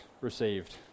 received